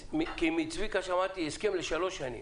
כי מצביקה שמעתי הסכם לשלוש שנים.